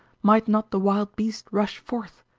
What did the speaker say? might not the wild beast rush forth,